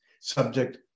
Subject